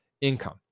income